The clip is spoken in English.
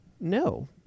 No